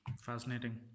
Fascinating